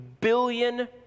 billion